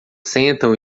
sentam